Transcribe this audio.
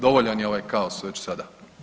Dovoljan je ovaj kaos već sada.